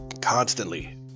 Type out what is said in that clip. constantly